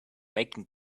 making